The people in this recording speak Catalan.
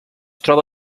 troba